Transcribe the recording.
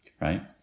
right